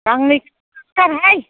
गांनैखौनो लाबोथारहाय